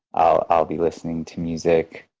i'll i'll be listening to music.